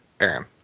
Aaron